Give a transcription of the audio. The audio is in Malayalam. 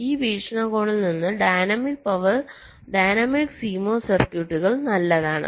അതിനാൽ ഈ വീക്ഷണകോണിൽ നിന്ന് ഡൈനാമിക് CMOS സർക്യൂട്ടുകൾ നല്ലതാണ്